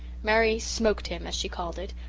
mary smoked him as she called it,